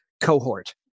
cohort